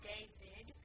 David